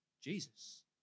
Jesus